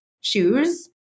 shoes